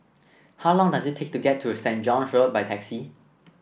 how long does it take to get to Saitt John's Road by taxi